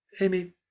Amy